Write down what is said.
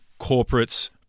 corporates